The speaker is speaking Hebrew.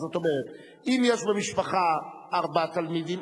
זאת אומרת אם יש במשפחה ארבעה תלמידים,